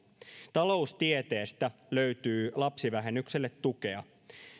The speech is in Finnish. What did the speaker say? taloustieteestä löytyy lapsivähennykselle tukea